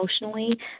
emotionally